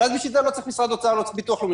אבל בשביל זה לא צריך משרד אוצר ולא צריך ביטוח לאומי,